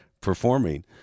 performing